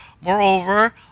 Moreover